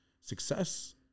success